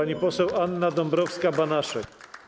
Pani poseł Anna Dąbrowska-Banaszek.